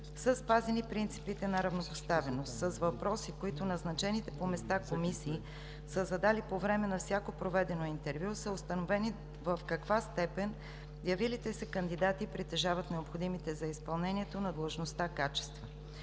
спазени принципите на равнопоставеност. С въпроси, които назначените по места комисии са задали по време на всяко проведено интервю, са установени в каква степен явилите се кандидати притежават необходимите за изпълнението на длъжността качества.